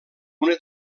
una